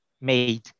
made